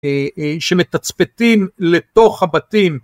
שמתצפתים לתוך הבתים.